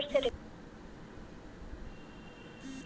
चुकंदरक आमतौरत सलादेर हिस्सा खा छेक